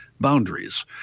boundaries